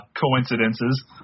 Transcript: coincidences